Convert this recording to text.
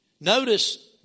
Notice